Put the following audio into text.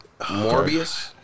Morbius